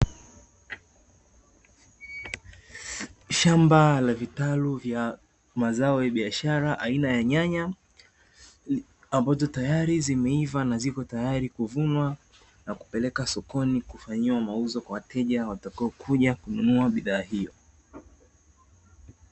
Shamba la vitalu vya mazao ya biashara aina ya nyanya ambazo tayari zimeiva na zipo tayari kuvunwa na kupelekwa sokoni kufanyiwa mauzo kwa wateja watakaokuja kununua bidhaa hiyo.